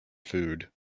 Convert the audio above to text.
food